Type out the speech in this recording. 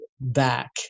back